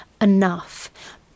enough